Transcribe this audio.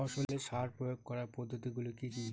ফসলে সার প্রয়োগ করার পদ্ধতি গুলি কি কী?